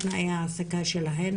את תנאי העסקה שלהן,